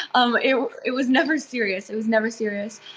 um it it was never serious, it was never serious.